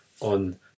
on